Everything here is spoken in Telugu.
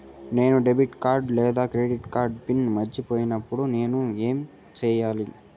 నేను డెబిట్ కార్డు లేదా క్రెడిట్ కార్డు పిన్ మర్చిపోయినప్పుడు నేను ఏమి సెయ్యాలి?